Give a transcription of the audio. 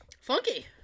Funky